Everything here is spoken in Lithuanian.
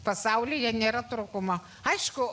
pasaulyje nėra trūkumo aišku